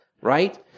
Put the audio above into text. right